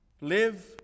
live